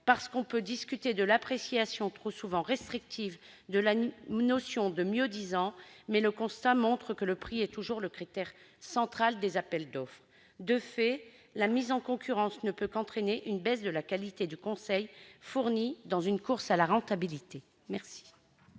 Certes, on peut discuter de l'appréciation trop souvent restrictive de la notion de mieux-disant, mais le constat montre que le prix est toujours le critère central des appels d'offres ! De fait, la mise en concurrence ne peut qu'entraîner une baisse de la qualité, quand le conseil est fourni dans le cadre d'une course à la rentabilité. Quel